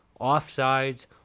offsides